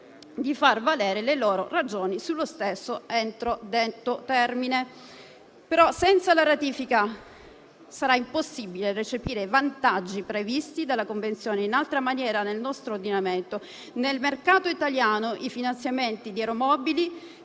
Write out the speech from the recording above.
di far valere le loro ragioni sullo stesso entro detto termine. Tuttavia, senza la ratifica sarà impossibile recepire i vantaggi previsti dalla convenzione in altra maniera nel nostro ordinamento. Nel mercato italiano, i finanziamenti di aeromobili,